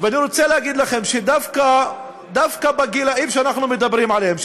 אני רוצה להגיד לכם שדווקא בגילים שאנחנו מדברים עליהם,